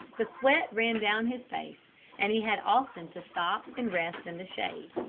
the sweat ran down his face and he had often to stop and rest in the shade.